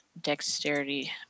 Dexterity